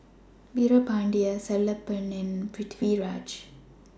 Veerapandiya Sellapan and Pritiviraj